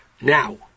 Now